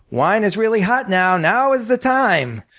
wine is really hot now now is the time.